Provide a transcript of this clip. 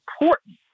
important